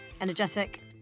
energetic